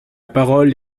parole